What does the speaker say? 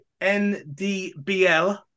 NDBL